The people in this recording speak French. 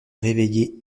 réveiller